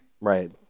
Right